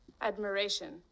Admiration